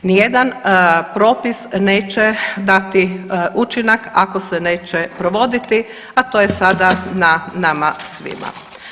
Nijedan propis neće dati učinak ako se neće provoditi, a to je sada na nama svima.